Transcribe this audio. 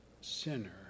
sinner